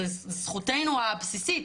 זו זכותנו הבסיסית.